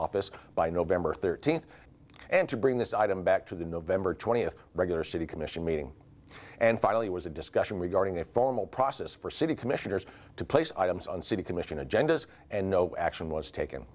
office by november thirteenth and to bring this item back to the nov twentieth regular city commission meeting and finally was a discussion regarding a formal process for city commissioners to place items on city commission agendas and no action was taken